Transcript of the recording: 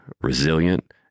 resilient